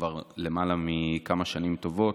כבר למעלה מכמה שנים טובות.